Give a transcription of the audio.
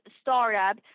startup